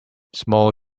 small